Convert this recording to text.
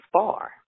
far